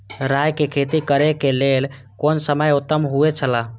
राय के खेती करे के लेल कोन समय उत्तम हुए छला?